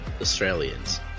Australians